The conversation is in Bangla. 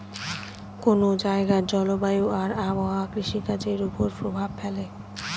কোন জায়গার জলবায়ু আর আবহাওয়া কৃষিকাজের উপর প্রভাব ফেলে